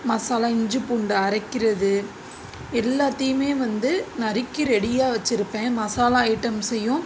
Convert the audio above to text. மசாலா இஞ்சி பூண்டு அரைக்கிறது எல்லாத்தையுமே வந்து நறுக்கி ரெடியாக வச்சுருப்பேன் மசாலா ஐட்டம்ஸையும்